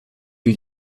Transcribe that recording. the